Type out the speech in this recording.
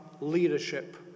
leadership